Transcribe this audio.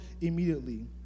immediately